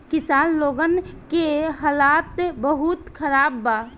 किसान लोगन के हालात बहुत खराब बा